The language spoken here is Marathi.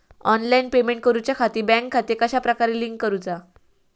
ऑनलाइन पेमेंट करुच्याखाती बँक खाते कश्या प्रकारे लिंक करुचा?